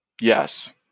Yes